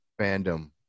fandom